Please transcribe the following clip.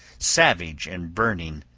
savage and burning,